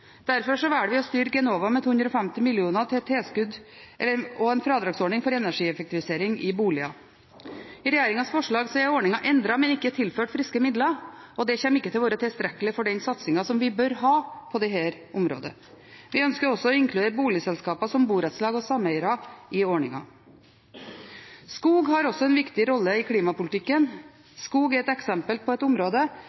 velger vi å styrke Enova med 250 mill. kr og en fradragsordning for energieffektivisering i boliger. I regjeringens forslag er ordningen endret, men ikke tilført friske midler. Det kommer ikke til å være tilstrekkelig for den satsingen som vi bør ha på dette området. Vi ønsker også å inkludere boligselskaper som borettslag og sameier i ordningen. Skog har også en viktig rolle i klimapolitikken. Skog er et eksempel på et område